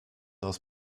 aus